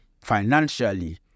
financially